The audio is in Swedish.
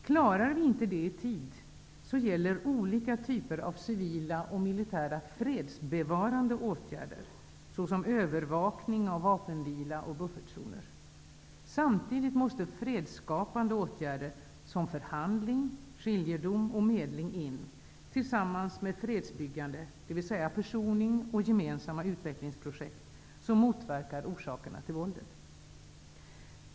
Klarar vi inte detta i tid gäller olika typer av civila och militära fredsbevarande åtgärder, såsom övervakning av vapenvila och buffertzoner. Samtidigt måste man sätta in fredsskapande åtgärder, som förhandling, skiljedom och medling, tillsammans med fredsbyggande åtgärder, dvs. försoning och gemensamma utvecklingsprojekt som motverkar orsakerna till våldet.